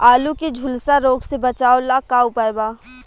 आलू के झुलसा रोग से बचाव ला का उपाय बा?